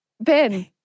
ben